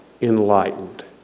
enlightened